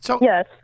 yes